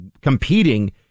competing